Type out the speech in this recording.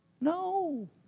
No